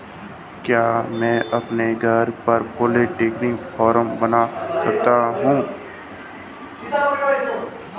क्या मैं अपने घर पर पोल्ट्री फार्म बना सकता हूँ?